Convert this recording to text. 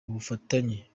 bufatanye